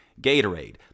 Gatorade